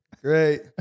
Great